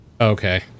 Okay